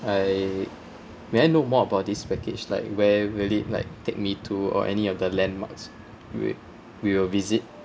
I may I know more about this package like where will it like take me to or any of the landmarks wait we'll visit